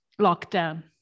lockdown